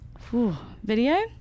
Video